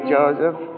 Joseph